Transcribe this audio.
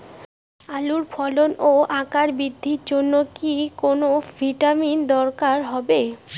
আলুর ফলন ও আকার বৃদ্ধির জন্য কি কোনো ভিটামিন দরকার হবে?